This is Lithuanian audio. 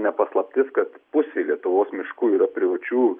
ne paslaptis kad pusė lietuvos miškų yra privačių